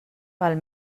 val